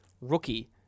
rookie